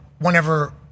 whenever